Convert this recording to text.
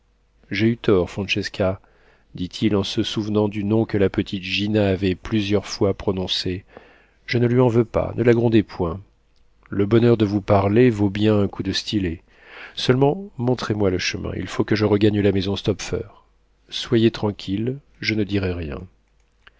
j'ai eu tort francesca dit-il en se souvenant du nom que la petite gina avait plusieurs fois prononcé je ne lui en veux pas ne la grondez point le bonheur de vous parler vaut bien un coup de stylet seulement montrez-moi le chemin il faut que je regagne la maison stopfer soyez tranquilles je ne dirai rien